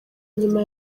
nyuma